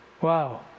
Wow